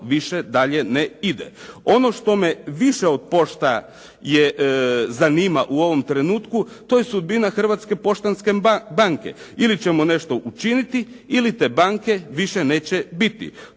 više dalje ne ide. Ono što me više od pošta zanima u ovom trenutku, to je sudbina Hrvatske poštanske banke. Ili ćemo nešto učiniti ili te banke više neće biti.